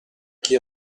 chi